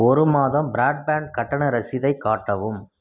ஒரு மாதம் பிராட்பேன்ட் கட்டண ரசீதைக் காட்டவும்